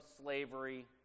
slavery